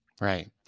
right